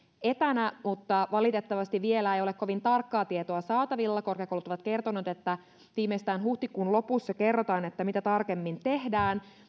etänä mutta valitettavasti vielä ei ole kovin tarkkaa tietoa saatavilla korkeakoulut ovat kertoneet että viimeistään huhtikuun lopussa kerrotaan mitä tarkemmin tehdään